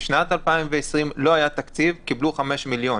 בשנת 2020 לא היה תקציב וקיבלו 5 מיליון.